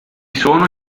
sono